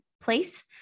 place